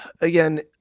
Again